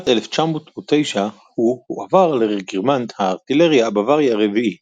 בשנת 1909 הוא הועבר לרגימנט הארטילריה הבווארי ה-4,